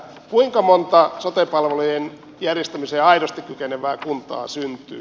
kuinka monta sote palvelujen järjestämiseen aidosti kykenevää kuntaa syntyy